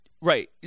right